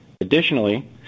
Additionally